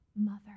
mother